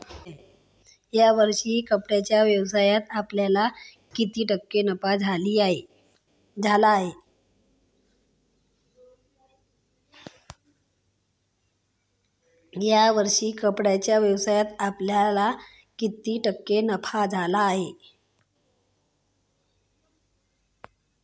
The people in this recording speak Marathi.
या वर्षी कपड्याच्या व्यवसायात आपल्याला किती टक्के नफा झाला आहे?